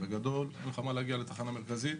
אין מה להגיע לתחנה מרכזית.